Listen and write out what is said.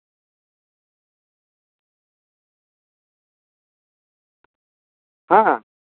ᱦᱮᱸ